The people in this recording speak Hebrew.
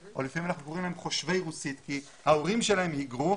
או לפעמים אנחנו קוראים להם חושבי רוסית כי ההורים שלהם היגרו,